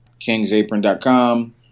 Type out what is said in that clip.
kingsapron.com